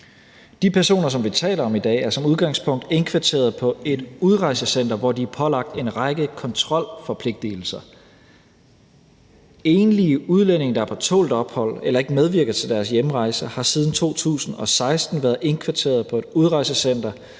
De personer, som vi taler om i dag, er som udgangspunkt indkvarteret på et udrejsecenter, hvor de er pålagt en række kontrolforpligtigelser. Enlige udlændinge, der er på tålt ophold eller ikke medvirker til deres hjemrejse, har siden 2016 været indkvarteret på et udrejsecenter,